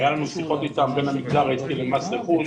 היו לנו שיחות איתם, בין המגזר העסקי למס רכוש.